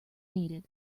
needed